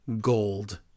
gold